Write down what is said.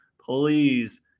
please